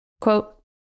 Quote